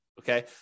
okay